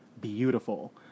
beautiful